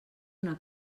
una